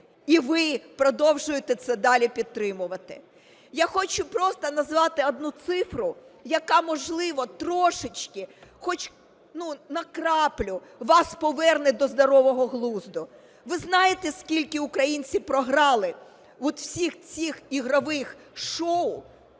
І ви продовжуєте це далі підтримувати. Я хочу просто назвати одну цифру, яка, можливо, трошечки, хоч на краплю вас поверне до здорового глузду. Ви знаєте, скільки українці програми от у всіх цих ігрових шоу